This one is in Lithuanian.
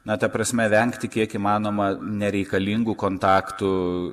na ta prasme vengti kiek įmanoma nereikalingų kontaktų